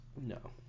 no